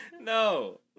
No